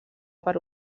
per